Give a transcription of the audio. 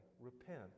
repent